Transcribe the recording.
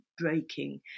breaking